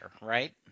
Right